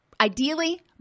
ideally